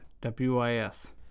W-I-S